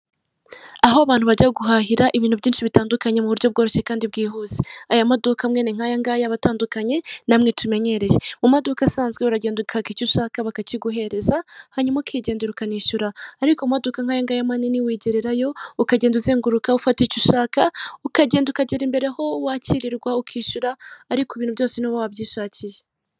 Aho abantu bajya guhahira ibintu byinshi bitandukanye mu buryo bworoshye kandi bwihuse. Aya maduka mwene nk'ayaganya aba atandukanye namwe tumenyereye. Mu maduka asanzwe uragenda ukaka icyo ushaka bakakiguhereza hanyuma ukigende ukanishyura. Ariko amaduka nk'aya ngaya manini wigereyo ukagenda uzenguruka ufata icyo ushaka, ukagenda ukagera imbere aho wakirwa ukishyura, ariko ibintu byose ni wowe uba wabyishakiye.